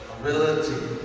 ability